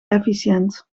efficiënt